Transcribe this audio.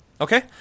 Okay